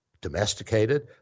domesticated